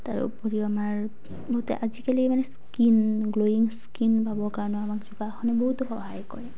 তাৰো উপৰিও আমাৰ বহুতে আজিকালি মানে স্কিন গ্ল'য়িং স্কিন পাবৰ কাৰণেও আমাক যোগাসনে বহুতো সহায় কৰে